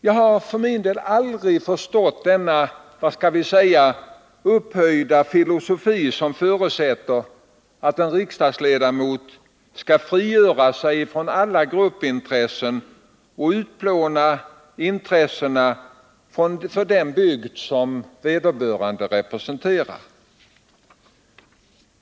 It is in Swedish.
Jag har aldrig förstått den upphöjda filosofi som förutsätter att en riksdagsledamot skall frigöra sig från alla gruppintressen och utplåna intresset för den bygd som vederbörande representerar.